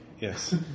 Yes